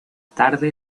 tarde